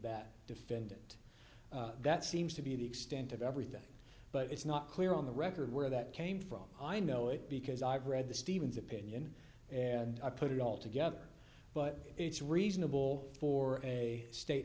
that defendant that seems to be the extent of everything but it's not clear on the record where that came from i know it because i've read the steven's opinion and i put it all together but it's reasonable for a state